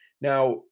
Now